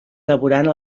elaborant